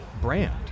brand